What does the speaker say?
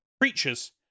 creatures